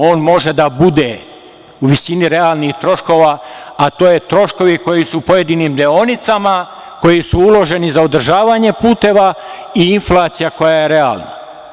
On može da bude u visini realnih troškova, a to su troškovi koji su u pojedinim deonicama koji su uloženi za održavanje puteva i inflacija koja je realna.